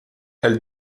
elle